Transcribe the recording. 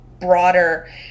broader